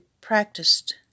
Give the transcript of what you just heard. practiced